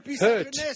hurt